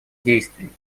действий